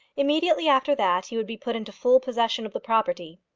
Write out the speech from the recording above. immediately after that he would be put into full possession of the property.